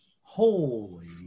Holy